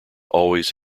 always